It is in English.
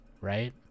right